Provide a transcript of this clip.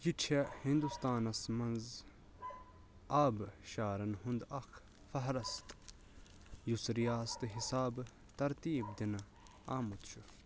یہِ چھےٚ ہِنٛدُستانَس منٛز آبہٕ شارَن ہُند اَکھ فَہرَست یُس رِیاستہٕ حِسابہٕ ترتیٖب دِنہٕ آمُت چھُ